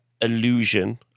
illusion